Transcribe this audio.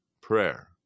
prayer